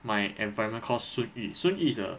my environment call soon yu soon yu is a